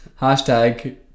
Hashtag